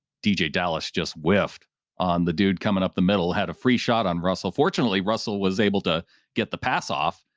dj dallas just whiffed on the dude coming up. the middle had a free shot on russell. fortunately russell was able to get the pass off,